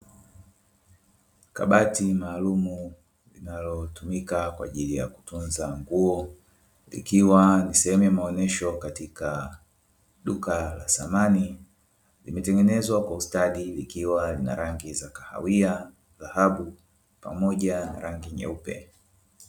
Kabati maalumu linalotumika kwa ajili ya kutunza nguo ikiwa ni sehemu ya maonesho katika duka la samani, limetengenezwa kwa ustadi likiwa lina rangi za kahawia, dhahabu pamoja rangi nyeupe.